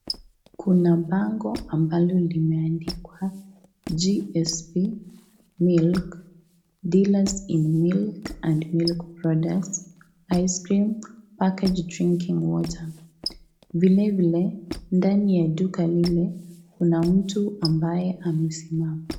Kuna bango ambalo limeandikwa GSB MILK,(CS)dealers in milk and milk products ,ice cream, package drinking water(CS ). Vilevile ndani ya duka lile kuna mtu ambaye amesimama.